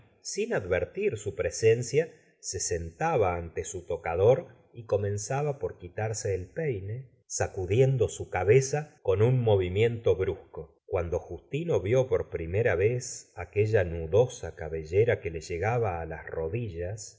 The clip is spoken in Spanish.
sin advertir su presencia se sentaba ante su tocador y comenzaba por quitarse el peine sacudiendo su cabeza con un movimiento brusco cuando j ustino vió por primera vez aquella nudosa cabellera que le llegaba á las rodillas